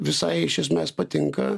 visai iš esmės patinka